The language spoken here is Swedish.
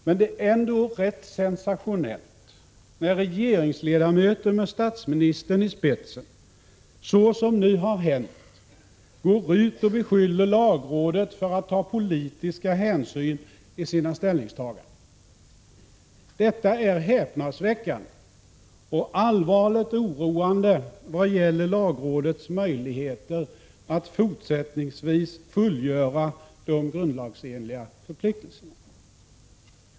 Men det är ändå rätt sensationellt när regeringsledamöter med statsministern i spetsen så som nu har hänt går ut och beskyller lagrådet för att ta politiska hänsyn vid sina ställningstaganden. Detta är häpnadsväckande och allvarligt oroande vad gäller lagrådets möjligheter att fortsättningsvis fullgöra de grundlagsenliga förpliktelserna.